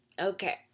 okay